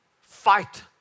fight